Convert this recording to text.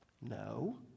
No